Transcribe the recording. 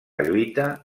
lluita